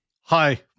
Hi